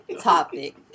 topic